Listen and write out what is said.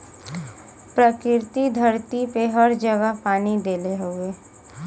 प्रकृति धरती पे हर जगह पानी देले हउवे